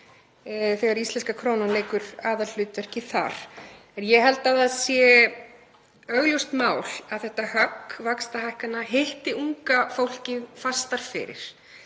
þegar íslenska krónan leikur aðalhlutverkið. En ég held að það sé augljóst mál að þetta högg vaxtahækkana hittir unga fólkið fastar fyrir.